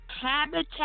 Habitat